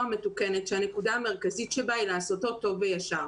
המתוקנת שהנקודה המרכזית שבה היא לעשותו טוב וישר'.